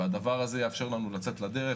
זה יאפשר לנו לצאת לדרך.